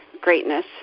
greatness